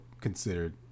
considered